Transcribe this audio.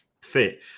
fit